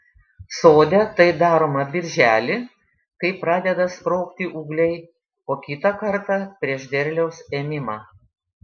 sode tai daroma birželį kai pradeda sprogti ūgliai o kitą kartą prieš derliaus ėmimą